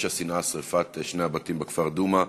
פשע שנאה, שרפת שני הבתים בכפר דומא,